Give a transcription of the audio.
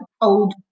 old